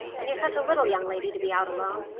and you're such a little young lady to be out alone.